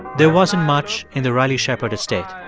there wasn't much in the riley shepard estate.